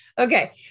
Okay